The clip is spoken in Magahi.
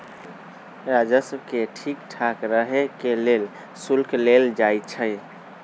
राजस्व के ठीक ठाक रहे के लेल शुल्क लेल जाई छई